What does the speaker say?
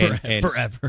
Forever